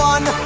One